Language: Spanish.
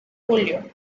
julio